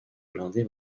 blindée